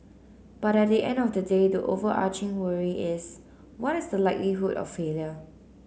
but at the end of the day the overarching worry is what is the likelihood of failure